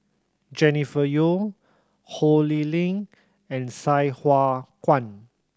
Jennifer Yeo Ho Lee Ling and Sai Hua Kuan